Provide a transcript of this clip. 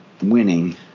winning